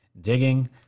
digging